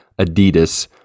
Adidas